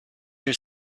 your